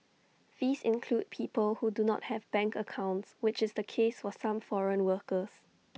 these include people who do not have bank accounts which is the case for some foreign workers